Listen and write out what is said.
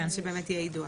שבאמת יהיה יידוע.